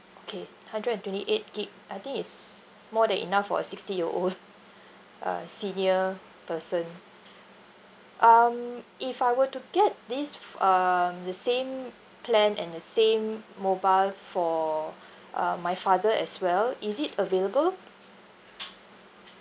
okay hundred and twenty eight gig I think is more than enough for a sixty year old uh senior person um if I were to get this f~ um the same plan and the same mobile for um my father as well is it available